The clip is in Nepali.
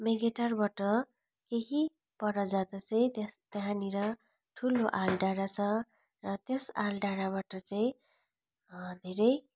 मेगेटारबाट केही पर जाँदा चाहिँ त्यहाँ त्यहाँनिर ठुलो आहाल डाँडा छ र त्यस आहाल डाँडाबाट चाहिँ धेरै